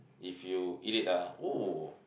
if you eat it ah oh